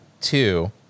Two